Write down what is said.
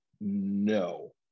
No